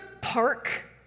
park